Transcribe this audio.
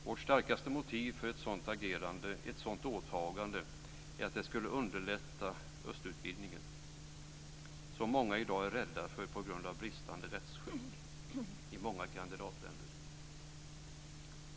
Vårt starkaste motiv för ett sådant åtagande är ett det skulle underlätta östutvidgningen, som många i dag är rädda för på grund av just bristande rättsskydd i många kandidatländer.